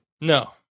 No